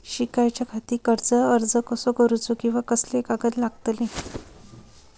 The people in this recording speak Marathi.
शिकाच्याखाती कर्ज अर्ज कसो करुचो कीवा कसले कागद लागतले?